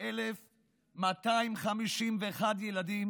1,084,251 ילדים